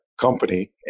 company